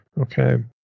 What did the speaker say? Okay